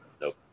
nope